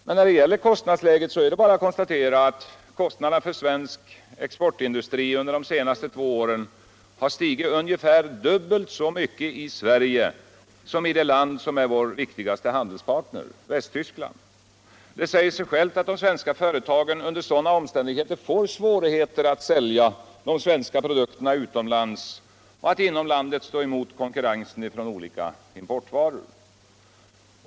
Men nir det gäller kostnadsläget är det bara utt konstatera att kostnaderna tör exportindustrin under de två senaste åren har stuigit ungefär dubbelt så mycket i Sverige som i det land som är vår viktigaste handelspartner. nämligen Visttyskland. Det säger sig självt att de svenska företagen under sådana omständigheter får svårigheter att sälja de svenska produkterna utomiands och att inom landet stå emot konkurrensen från olika importvaror.